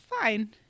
fine